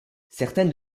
certaines